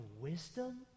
wisdom